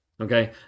Okay